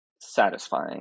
satisfying